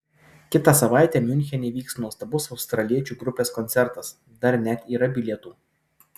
kitą savaitę miunchene vyks nuostabus australiečių grupės koncertas dar net yra bilietų